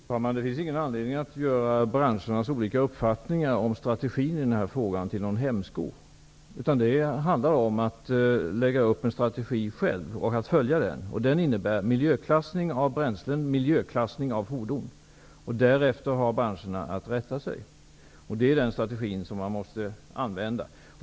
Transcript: Fru talman! Det finns ingen anledning att göra branschernas olika uppfattningar om strategin i denna fråga till någon hämsko. Det handlar om att själv lägga upp en strategi och sedan följa den. Den innebär miljöklassning av bränslen och av fordon. Därefter har branscherna att rätta sig. Det är den strategi som måste användas.